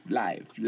life